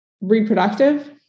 reproductive